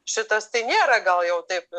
šitos tai nėra gal jau taip